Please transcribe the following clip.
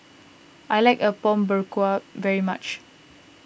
I like Apom Berkuah very much